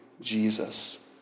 Jesus